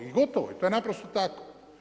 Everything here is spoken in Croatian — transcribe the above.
I gotovo, to je naprosto tako.